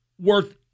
worth